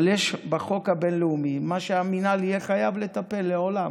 אבל יש בחוק הבין-לאומי מה שהמינהל יהיה חייב לטפל לעולם,